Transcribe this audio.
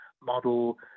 model